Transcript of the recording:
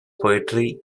poetry